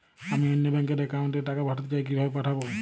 আমি অন্য ব্যাংক র অ্যাকাউন্ট এ টাকা পাঠাতে চাই কিভাবে পাঠাবো?